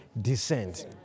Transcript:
descent